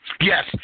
Yes